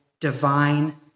divine